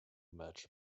match